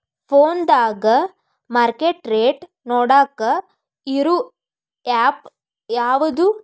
ಫೋನದಾಗ market rate ನೋಡಾಕ್ ಇರು ಆ್ಯಪ್ ಯಾವದು?